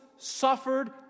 suffered